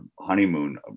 honeymoon